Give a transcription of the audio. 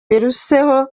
biruseho